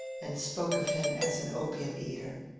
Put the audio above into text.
and spoke of him as an opium-eater.